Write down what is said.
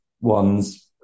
ones